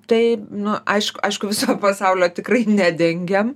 tai nu aišk aišku pasaulio tikrai nedengiam